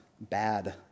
bad